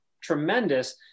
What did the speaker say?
tremendous